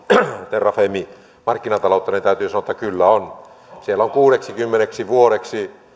terrafame markkinataloutta niin täytyy sanoa että kyllä on siellä on kuudeksikymmeneksi vuodeksi